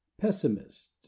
PESSIMIST